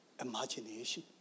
imagination